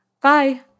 Bye